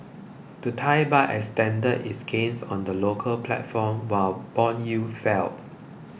the Thai Baht extended its gains on the local platform while bond yields fell